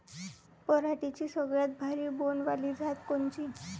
पराटीची सगळ्यात भारी बोंड वाली जात कोनची?